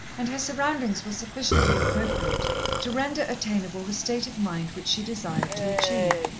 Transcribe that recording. and her surroundings were sufficiently appropriate to render attainable the state of mind which she desired to achieve.